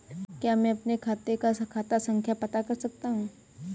क्या मैं अपने खाते का खाता संख्या पता कर सकता हूँ?